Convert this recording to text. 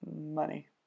money